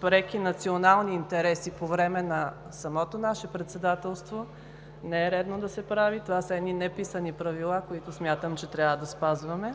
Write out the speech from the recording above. преки национални интереси по време на самото наше Председателство, не е редно да се прави. Това са едни неписани правила, които смятам, че трябва да спазваме.